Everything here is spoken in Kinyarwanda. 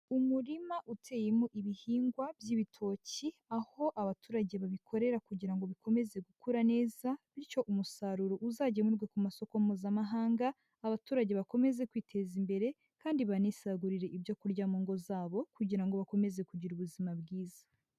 Umurima uteyemo ibihingwa by'ibitoki, aho abaturage babikorera kugira ngo bikomeze gukura neza, bityo umusaruro uzagemurwe ku masoko mpuzamahanga, abaturage bakomeze kwiteza imbere kandi banisagurire ibyo kurya mu ngo zabo kugira ngo bakomeze kugira ubuzima bwiza.